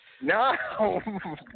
No